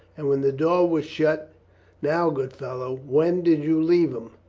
and when the door was shut now, good fellow, when did you leave him?